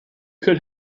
could